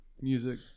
music